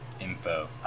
info